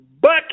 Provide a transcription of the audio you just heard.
bucket